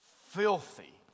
filthy